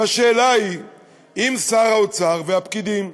והשאלה היא אם שר האוצר והפקידים,